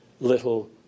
little